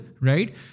right